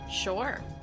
Sure